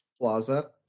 plaza